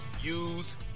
use